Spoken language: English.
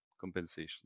compensation